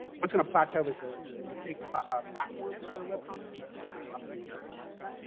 what's going to plateau as the the big um platforms for webcomics. and that still kind of up in the air to a certain extent.